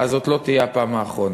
אז זאת לא תהיה הפעם האחרונה.